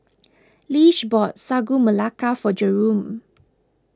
Lish bought Sagu Melaka for Jerome